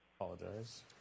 Apologize